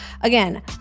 Again